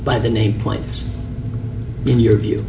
by the name points in your view